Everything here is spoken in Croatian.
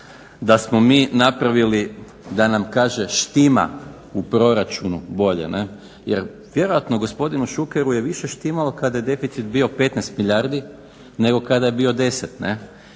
da smo mi napravili, da nam kaže štima u proračunu bolje ne'. Jer vjerojatno gospodinu Šukeru je više štimalo kada je deficit bio 15 milijardi nego kada je bio 10 ne'.